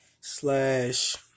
slash